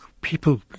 people